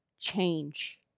change